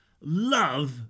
Love